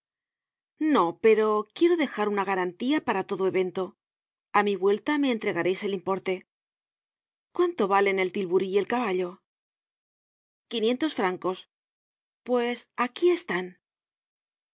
no pero quiero dejar una garantía para todo evento a mi vuelta me entregareis el importe cuánto valen el tilburí y el caballo quinientos francos pues aquí están